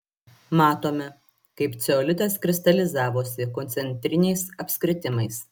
matome kaip ceolitas kristalizavosi koncentriniais apskritimais